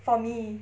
for me